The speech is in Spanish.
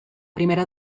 primera